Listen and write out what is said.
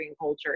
culture